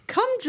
Come